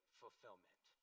fulfillment